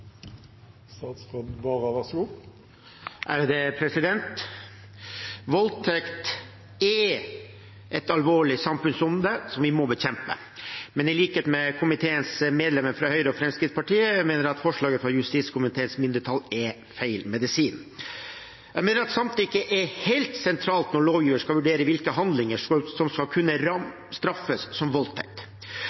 et alvorlig samfunnsonde som vi må bekjempe, men i likhet med komiteens medlemmer fra Høyre og Fremskrittspartiet mener jeg at forslaget fra justiskomiteens mindretall er feil medisin. Jeg mener at samtykke er helt sentralt når lovgiver skal vurdere hvilke handlinger som skal kunne straffes som voldtekt.